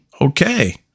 okay